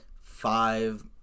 five